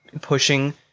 pushing